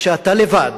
שכשאתה לבד,